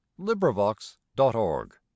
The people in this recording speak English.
LibriVox.org